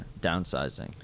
downsizing